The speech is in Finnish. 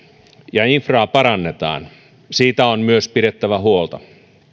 ja infraa parannetaan siitä on myös pidettävä huolta